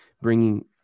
bringing